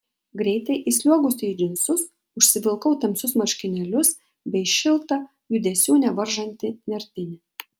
greitai įsliuogusi į džinsus užsivilkau tamsius marškinėlius bei šiltą judesių nevaržantį nertinį